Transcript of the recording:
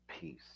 peace